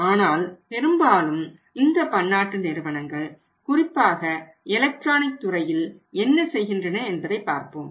ஆனால் பெரும்பாலும் இந்த பன்னாட்டு நிறுவனங்கள் குறிப்பாக எலக்ட்ரானிக் துறையில் என்ன செய்கின்றன என்பதை பார்ப்போம்